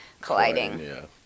colliding